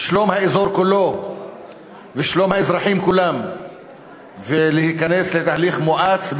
שלום האזור כולו ושלום האזרחים כולם ותיכנס לתהליך מואץ,